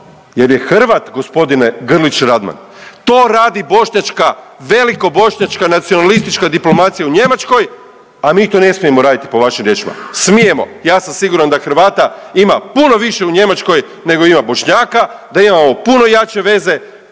jer je Hrvat, g. Grlić Radman. To radi bošnjačka, velikobošnjačka nacionalistička diplomacija u Njemačkoj, a mi to ne smije radit, po vašim riječima. Smijemo! Ja sam siguran da Hrvata ima puno više u Njemačkoj nego ima Bošnjaka, da imamo puno jače veze,